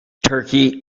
turkey